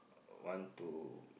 want to